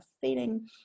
feeling